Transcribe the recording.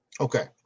Okay